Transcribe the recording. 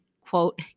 quote